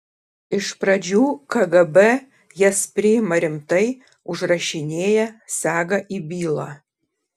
iš pradžių kgb jas priima rimtai užrašinėja sega į bylą